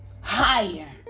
Higher